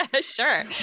Sure